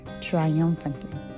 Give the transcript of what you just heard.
triumphantly